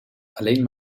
alleen